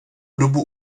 dobu